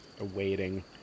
awaiting